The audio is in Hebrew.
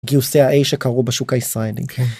גיוסי ה-A שקרו בשוק הישראלי.